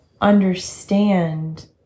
understand